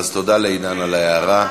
אז תודה לעידן על ההערה.